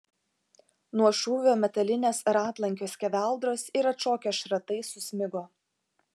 nuo šūvio metalinės ratlankio skeveldros ir atšokę šratai susmigo